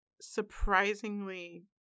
surprisingly